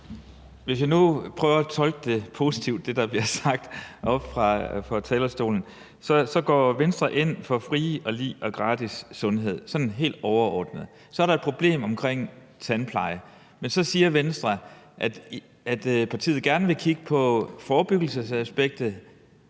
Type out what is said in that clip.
Hvis jeg nu prøver at tolke det, der bliver sagt oppe fra talerstolen, positivt, så går Venstre sådan helt overordnet ind for fri og lige og gratis adgang til sundhed. Så er der et problem omkring tandplejen. Men så siger Venstre, at partiet gerne vil kigge på forebyggelsesaspektet,